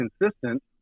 consistent